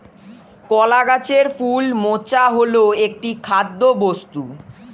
কলা গাছের ফুল মোচা হল একটি খাদ্যবস্তু